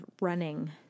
running